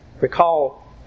Recall